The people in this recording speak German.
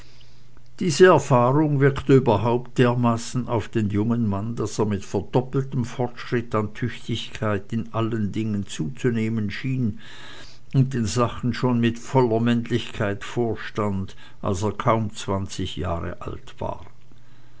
diese erfahrung wirkte überhaupt dermaßen auf den jungen mann daß er mit verdoppeltem fortschritt an tüchtigkeit in allen dingen zuzunehmen schien und den sachen schon mit voller männlichkeit vorstand als er kaum zwanzig jahre alt war